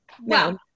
wow